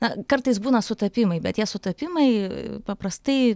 na kartais būna sutapimai bet tie sutapimai paprastai